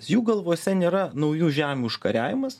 jų galvose nėra naujų žemių užkariavimas